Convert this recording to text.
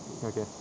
okay